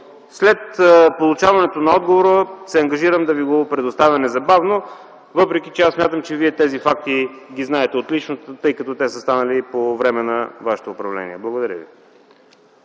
След получаването на отговора, се ангажирам да Ви го предоставя незабавно, въпреки че аз смятам, че тези факти Вие ги знаете отлично, тъй като те са станали по време на вашето управление. Благодаря.